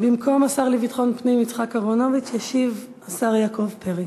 במקום השר לביטחון פנים יצחק אהרונוביץ ישיב השר יעקב פרי.